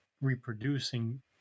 reproducing